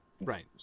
right